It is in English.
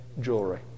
jewelry